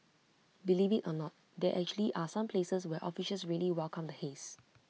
believe IT or not there actually are some places where officials really welcome the haze